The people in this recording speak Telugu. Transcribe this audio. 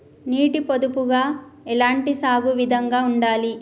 నీటి పొదుపుగా ఎలాంటి సాగు విధంగా ఉండాలి?